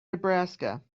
nebraska